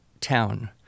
town